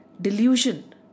Delusion